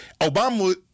Obama